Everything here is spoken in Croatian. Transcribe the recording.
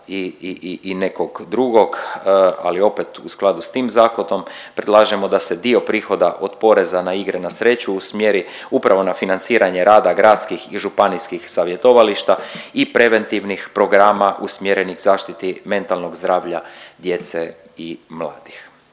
i nekog drugog, ali opet u skladu sa tim zakonom predlažemo da se dio prihoda od poreza na igre na sreću usmjeri upravo na financiranje rada gradskih i županijskih savjetovališta i preventivnih programa usmjerenih zaštiti mentalnog zdravlja djece i mladih.